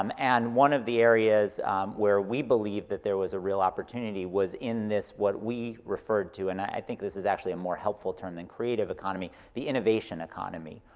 um and one of the areas where we believe that there was a real opportunity was in this, what we referred to, and i think this is actually a more helpful term than creative economy, the innovation economy.